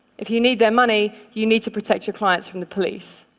if you need their money, you need to protect your clients from the police.